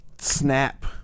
snap